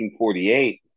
1948